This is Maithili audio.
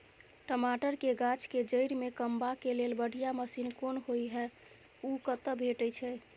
टमाटर के गाछ के जईर में कमबा के लेल बढ़िया मसीन कोन होय है उ कतय भेटय छै?